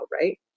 right